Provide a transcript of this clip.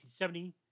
1970